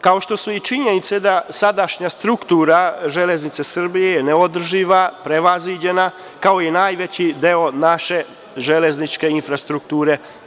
Kao što su i činjenice da je sadašnja struktura „Železnice Srbije“ neodrživa, prevaziđena, kao i najveći deo naše železničke infrastrukture.